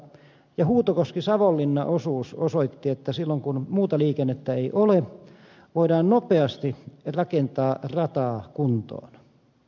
huutokoskisavonlinna osuus osoitti että silloin kun muuta liikennettä ei ole voidaan nopeasti rakentaa rataa kuntoon